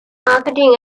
marketing